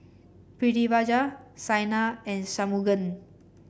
Pritiviraj Saina and Shunmugam